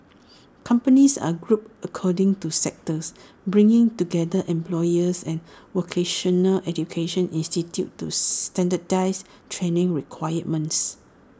companies are grouped according to sectors bringing together employers and vocational education institutes to standardise training requirements